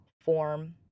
form